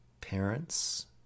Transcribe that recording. Parents